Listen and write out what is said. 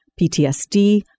PTSD